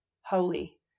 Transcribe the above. holy